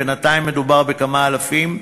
בינתיים מדובר בכמה אלפים,